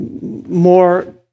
more